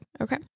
Okay